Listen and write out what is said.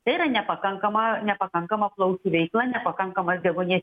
tai yra nepakankama nepakankama plaučių veikla nepakankamas deguonies